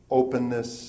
openness